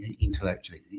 intellectually